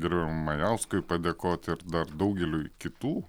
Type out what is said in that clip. ir majauskui padėkot ir dar daugeliui kitų